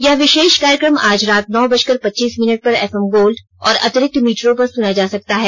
यह विशेष कार्यक्रम आज रात नौ बजकर पच्चीस मिनट पर एफएम गोल्ड और अतिरिक्त मीटरों पर सुना जा सकता है